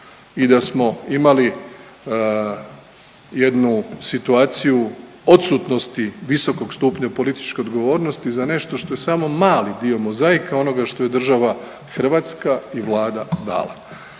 i da smo imali jednu situaciju odsutnosti visokog stupnja političke odgovornosti za nešto što je samo mali dio mozaika onoga što je država Hrvatska i Vlada dala.